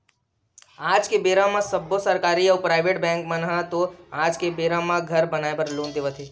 आज के बेरा म सब्बो सरकारी अउ पराइबेट बेंक मन ह तो आज के बेरा म घर बनाए बर लोन देवत हवय